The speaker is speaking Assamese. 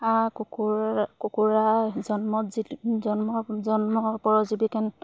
কুকুৰ কুকুৰা জন্মত জি জন্ম জন্ম পৰজীৱিকেন